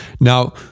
Now